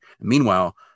Meanwhile